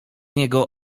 niego